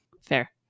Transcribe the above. Fair